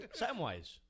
Samwise